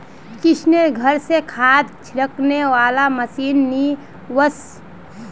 किशनेर घर स खाद छिड़कने वाला मशीन ने वोस